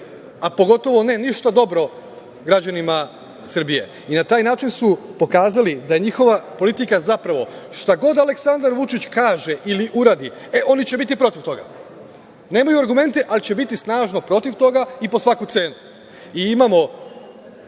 a pogotovo ne ništa dobro građanima Srbije. Na taj način su pokazali da je njihova politika, zapravo, šta god Aleksandar Vučić kaže ili uradi, e, oni će biti protiv toga. Nemaju argumente, ali će biti snažno protiv toga i po svaku cenu. Imamo